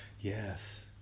yes